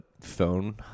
phone